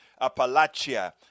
Appalachia